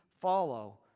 follow